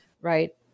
right